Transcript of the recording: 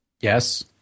Yes